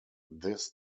this